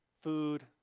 food